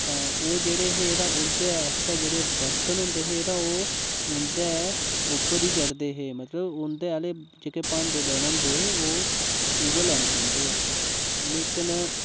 तां ओह् जेह्ड़े हे ते ओह्दे आस्तै जेह्ड़े बर्तन होंदे हे तां ओह् उं'दे उप्पर ई चढ़दे हे मतलब उं'दे आह्ले जेह्के भांडे लैने होंदे हे ओह् उ'ऐ लैना पौंदे हे लेकिन